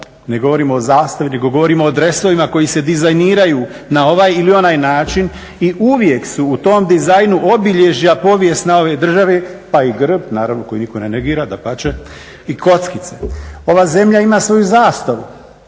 ne govorim o zastavi nego govorim o dresovima koji se dizajniraju na ovaj ili onaj način i uvijek su u tom dizajnu obilježja povijesna ove države, pa i grb naravno koji nitko ne negira dapače i kockice. Ova zemlja ima svoju zastavu